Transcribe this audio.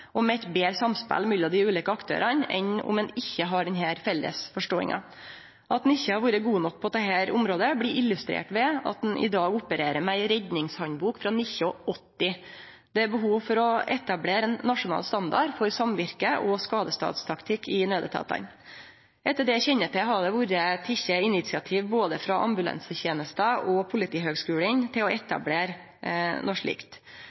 og med eit betre samspel mellom dei ulike aktørane, enn om ein ikkje har denne felles forståinga. At ein ikkje har vore gode nok på dette området, blir illustrert ved at ein i dag opererer med ei redningshandbok frå 1980. Det er behov for å etablere ein nasjonal standard for samvirke og skadestadstaktikk i nødetatane. Etter det eg kjenner til, har det vorte teke initiativ både frå ambulansetenesta og Politihøgskulen til å